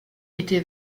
était